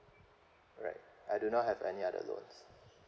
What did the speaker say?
right I do not have any other loans